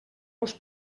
uns